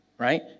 right